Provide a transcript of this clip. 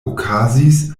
okazis